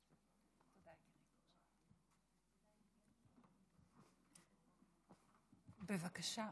בבקשה,